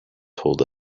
told